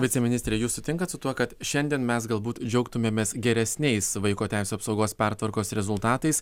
viceministre jūs sutinkat su tuo kad šiandien mes galbūt džiaugtumėmės geresniais vaiko teisių apsaugos pertvarkos rezultatais